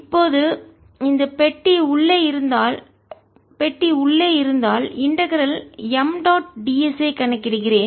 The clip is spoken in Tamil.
இப்போது இந்த பெட்டி உள்ளே இருந்தால் பெட்டி உள்ளே இருந்தால் இன்டகரல் ஒருங்கிணைந்த M டாட் d s ஐக் கணக்கிடுகிறேன்